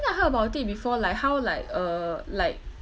I heard about it before like how like uh like